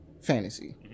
fantasy